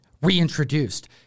reintroduced